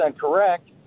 correct